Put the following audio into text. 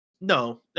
No